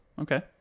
okay